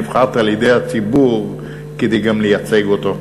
נבחרת על-ידי הציבור גם כדי לייצג אותו.